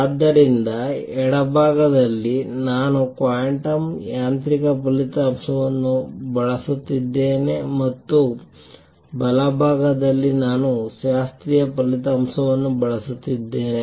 ಆದ್ದರಿಂದ ಎಡಭಾಗದಲ್ಲಿ ನಾನು ಕ್ವಾಂಟಮ್ ಯಾಂತ್ರಿಕ ಫಲಿತಾಂಶವನ್ನು ಬಳಸುತ್ತಿದ್ದೇನೆ ಮತ್ತು ಬಲಭಾಗದಲ್ಲಿ ನಾನು ಶಾಸ್ತ್ರೀಯ ಫಲಿತಾಂಶವನ್ನು ಬಳಸುತ್ತಿದ್ದೇನೆ